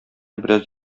бераз